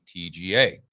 TGA